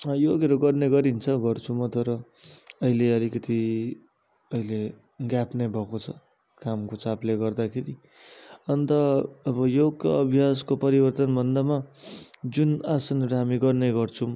योगहरू गर्ने गरिन्छ गर्छु म तर अहिले अलिकति अहिले ग्याप नै भएको छ कामको चापले गर्दाखेरि अन्त अब योगको अभ्यासको परिवर्तन भन्दामा जुन आसनहरू हामी गर्ने गर्छौँ